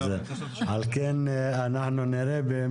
אז על כן אנחנו נראה,